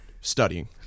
studying